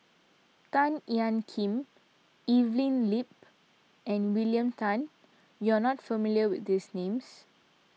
Tan Ean Kiam Evelyn Lip and William Tan you are not familiar with these names